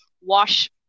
wash